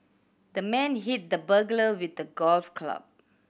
the man hit the burglar with a golf club